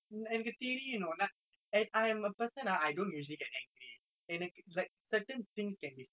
and like certain things can be so offensive that people can not take it you know but I can take it because